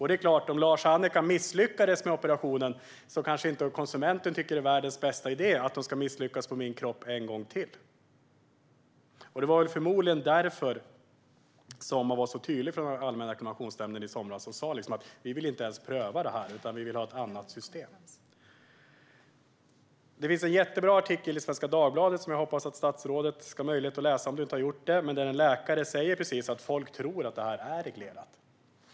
Det är klart att om Lars och Annika misslyckades med operationen kanske konsumenten inte tycker att det är världens bästa idé att de ska misslyckas med en operation på hans eller hennes kropp en gång till. Det var förmodligen därför som man var så tydlig från Allmänna reklamationsnämnden i somras och sa att man inte ens ville pröva detta utan ville ha ett annat system. Det finns en jättebra artikel i Svenska Dagbladet som jag hoppas att statsrådet ska ha möjlighet att läsa om hon inte har gjort det. Där säger en läkare att folk tror att detta är reglerat.